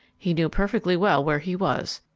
he knew perfectly well where he was,